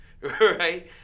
right